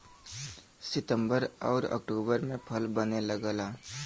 सितंबर आउर अक्टूबर में फल बने लगला